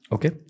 Okay